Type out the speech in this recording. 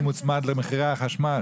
שיהיה מוצמד למחירי החשמל.